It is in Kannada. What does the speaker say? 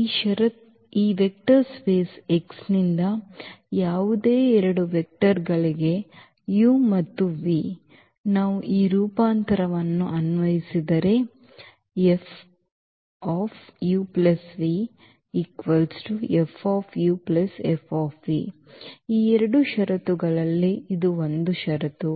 ಈ ವೆಕ್ಟರ್ ಸ್ಪೇಸ್ X ನಿಂದ ಯಾವುದೇ ಎರಡು ವೆಕ್ಟರ್ಗಳಿಗೆ u ಮತ್ತು v ನಾವು ಈ ರೂಪಾಂತರವನ್ನು ಅನ್ವಯಿಸಿದರೆ ಈ ಎರಡು ಷರತ್ತುಗಳಲ್ಲಿ ಇದು ಒಂದು ಷರತ್ತು